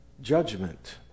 judgment